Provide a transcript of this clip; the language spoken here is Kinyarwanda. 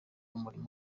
umuriro